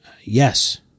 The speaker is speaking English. Yes